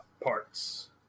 parts